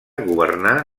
governà